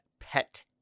pet